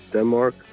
Denmark